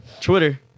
Twitter